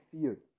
fear